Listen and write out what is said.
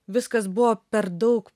viskas buvo per daug